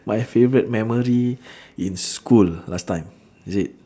my favourite memory in school last time is it